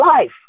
life